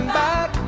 back